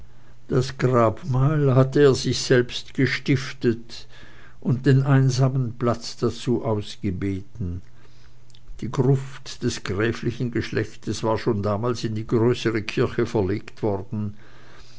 das grabmal hatte er sich selbst gestiftet und den einsamen platz dazu ausgebeten die gruft des gräflichen geschlechtes war schon damals in die größere kirche verlegt worden